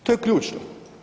To je ključno.